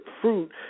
fruit